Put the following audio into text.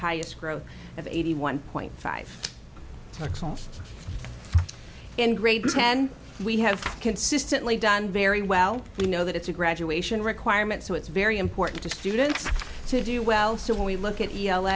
highest growth of eighty one point five in grade ten we have consistently done very well we know that it's a graduation requirement so it's very important to students to do well so when we look at